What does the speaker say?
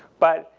but,